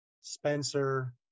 spencer